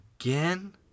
Again